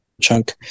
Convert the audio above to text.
Chunk